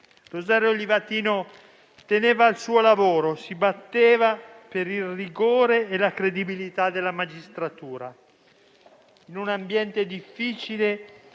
Rosario Livatino teneva al suo lavoro, si batteva per il rigore e la credibilità della magistratura. In un ambiente difficile,